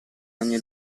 ogni